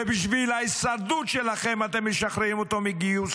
ובשביל ההישרדות שלכם אתם משחררים אותו מגיוס,